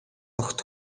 огт